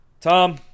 Tom